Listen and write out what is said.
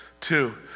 Two